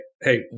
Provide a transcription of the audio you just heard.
hey